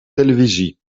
televisie